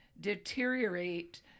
deteriorate